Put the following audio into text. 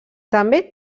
també